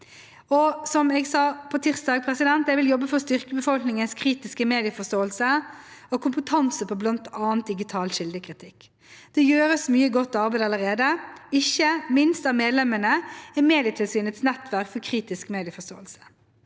Som jeg sa på tirsdag, vil jeg jobbe for å styrke befolkningens kritiske medieforståelse og kompetanse innenfor bl.a. digital kildekritikk. Det gjøres mye godt arbeid allerede, ikke minst av medlemmene i Medietilsynets nettverk for kritisk medieforståelse.